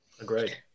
Agreed